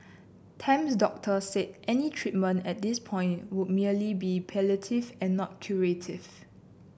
Tam's doctor said any treatment at this point would merely be palliative and not curative